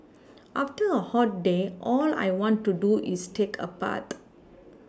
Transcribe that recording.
after a hot day all I want to do is take a bath